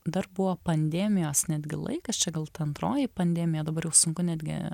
dar buvo pandemijos netgi laikas čia gal ta antroji pandemija dabar jau sunku netgi